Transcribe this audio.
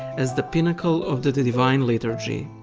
as the pinnacle of the divine liturgy.